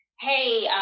Hey